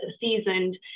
seasoned